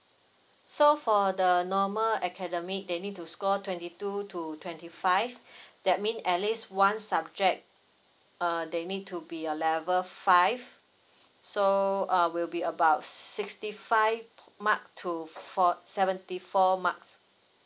so for the normal academic they need to score twenty two to twenty five that mean at least one subject uh they need to be A level five so uh will be about sixty five mark to four seventy four marks